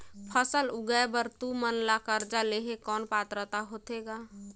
फसल उगाय बर तू मन ला कर्जा लेहे कौन पात्रता होथे ग?